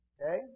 Okay